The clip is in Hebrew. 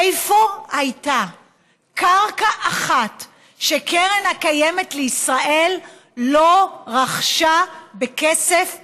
איפה הייתה קרקע אחת שקרן קיימת לישראל לא רכשה בכסף מלא?